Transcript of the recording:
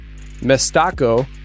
Mestaco